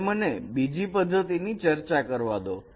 હવે મને બીજી પદ્ધતિની ચર્ચા કરવા દો